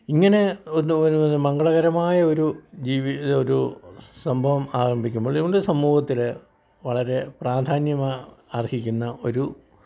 ഇങ്ങന്നെ ഒന്ന് മംഗളകരമായ ഒരു ജീവിതം ഒരു സംഭവം ആരംഭിക്കുമ്പോൾ ഇവിടെ സമൂഹത്തിൽ വളരെ പ്രധാന്യം അർഹിക്കുന്ന ഒരു